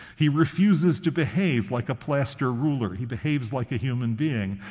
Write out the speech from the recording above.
he refuses to behave like a plaster ruler he behaves like a human being.